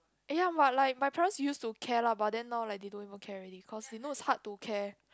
eh ya but like my parents used to care lah but then now like they don't even care already cause you know it's hard to care